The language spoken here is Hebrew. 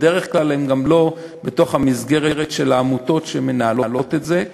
בדרך כלל הם גם לא במסגרת העמותות שמנהלות את זה.